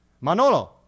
Manolo